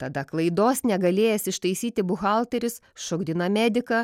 tada klaidos negalėjęs ištaisyti buhalteris šokdina mediką